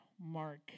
Mark